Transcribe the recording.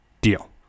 deal